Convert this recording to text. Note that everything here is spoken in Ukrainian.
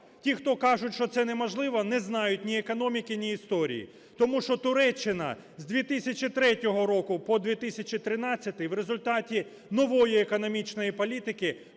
Ті, хто кажуть, що це неможливо, не знають ні економіки, ні історії. Тому що Туреччина з 2003 року по 2013-й в результаті нової економічної політики